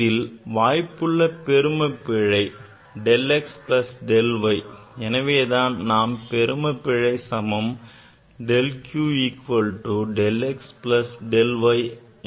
இதில் வாய்ப்புள்ள பெரும பிழை Del x plus del y எனவேதான் நாம் வாய்ப்புள்ள பெரும பிழை சமம் del q equal to del x plus del y ஆகும்